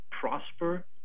prosper